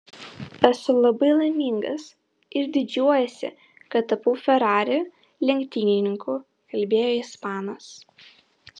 esu labai laimingas ir didžiuojuosi kad tapau ferrari lenktynininku kalbėjo ispanas